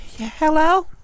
Hello